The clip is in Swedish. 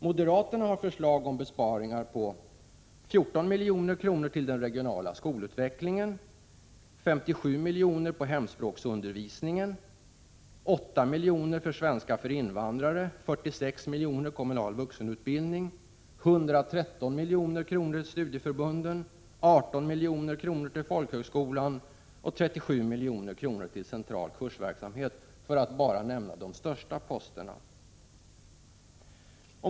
Moderaterna har förslag om besparingar på 14 miljoner på den regionala skolutvecklingen, 57 miljoner på hemspråksundervisningen, 8 miljoner på svenska för invandrare, 46 miljoner på kommunal vuxenutbildning, 113 miljoner på studieförbunden, 18 miljoner på folkhögskolan, 37 miljoner på central kursverksamhet, för att nämna de största posterna.